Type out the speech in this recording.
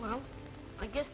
well i guess